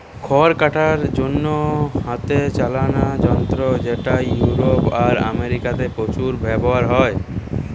খড় কাটার জন্যে হাতে চালানা যন্ত্র যেটা ইউরোপে আর আমেরিকাতে প্রচুর ব্যাভার হয়